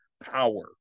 power